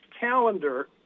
calendar